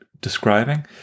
describing